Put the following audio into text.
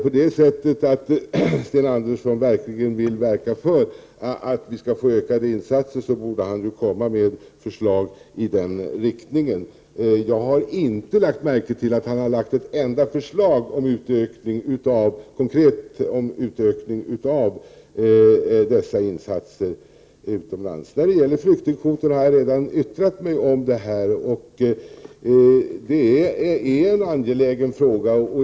Om Sten Andersson verkligen vill verka för ökade insatser borde han komma med förslag i den riktningen. Men jag har inte lagt märke till att han har lagt fram ett enda konkret förslag om utökning av dessa insatser utomlands. Flyktingkvoten har jag redan yttrat mig om. Det är en angelägen fråga.